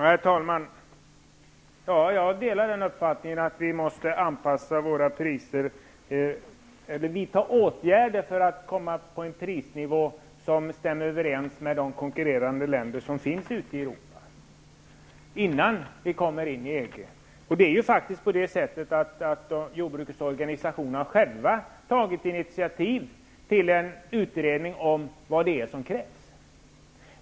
Herr talman! Jag delar uppfattningen att vi måste vidta åtgärder för att, innan vi kommer in i EG, få en prisnivå som stämmer överens med prisnivån i de länder ute i Europa, vilka konkurrerar med oss. Det är faktiskt på det sättet att jordbrukets organisationer själva har tagit initiativ till en utredning om vad som krävs.